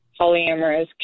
polyamorous